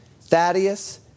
Thaddeus